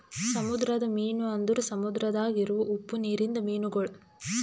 ಸಮುದ್ರದ ಮೀನು ಅಂದುರ್ ಸಮುದ್ರದಾಗ್ ಇರವು ಉಪ್ಪು ನೀರಿಂದ ಮೀನುಗೊಳ್